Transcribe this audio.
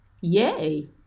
Yay